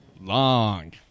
Long